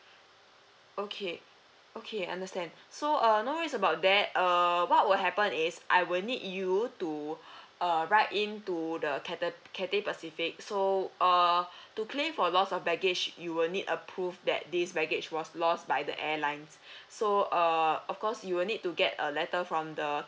okay okay understand so uh no worries about that err what will happen is I will need you to uh write in to the kettle Cathay Pacific so uh to claim for loss of baggage you will need a prove that this baggage was lost by the airlines so uh of course you will need to get a letter from the